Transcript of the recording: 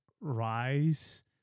rise